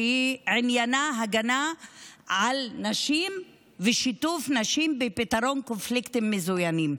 שעניינה הגנה על נשים ושיתוף נשים בפתרון קונפליקטים מזוינים.